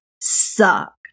Suck